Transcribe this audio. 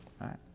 right